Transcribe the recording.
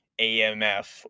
AMF